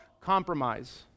compromise